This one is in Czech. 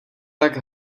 tak